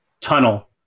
tunnel